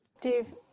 Dave